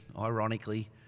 ironically